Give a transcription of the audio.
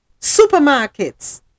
Supermarkets